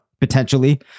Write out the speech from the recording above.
potentially